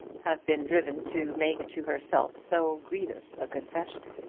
have been driven to make to herself so grievous a confession.